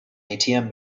atm